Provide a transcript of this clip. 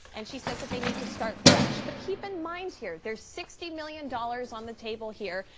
and she says that they need to start fresh, but keep in mind, here, there's sixty million dollars on the table here.